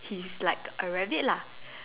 he's like a rabbit lah